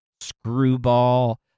Screwball